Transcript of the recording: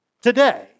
today